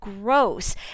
gross